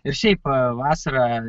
ir šiaip vasara